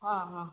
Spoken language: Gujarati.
હં હં